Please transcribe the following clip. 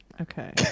Okay